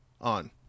on